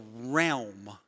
realm